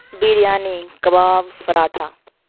biryani kebab paratha